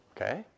okay